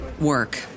work